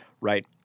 Right